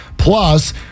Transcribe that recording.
Plus